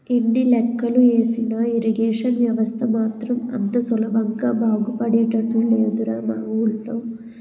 ఎన్ని లెక్కలు ఏసినా ఇరిగేషన్ వ్యవస్థ మాత్రం అంత సులభంగా బాగుపడేటట్లు లేదురా మా వూళ్ళో